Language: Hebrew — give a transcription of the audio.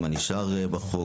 מה נשאר בחוק,